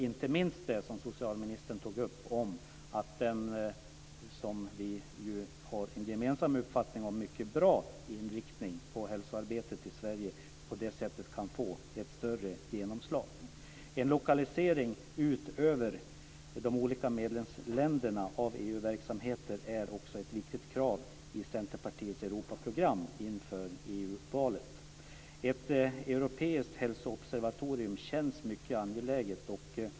Inte minst det som socialministern tog upp, att vi har en mycket bra inriktning på hälsoarbetet i Sverige, är viktigt. På det sättet kan detta få ett större genomslag. En lokalisering ut över de olika medlemsländerna av EU-verksamheter är också ett viktigt krav i Centerpartiets Europaprogram inför EU-valet. Ett europeiskt hälsoobservatorium känns mycket angeläget.